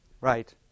Right